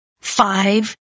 five